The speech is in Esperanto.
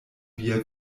via